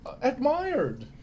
admired